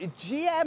GM